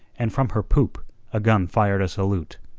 and from her poop a gun fired a salute.